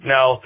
Now